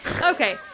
Okay